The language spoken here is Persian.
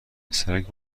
پسرک